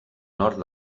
nord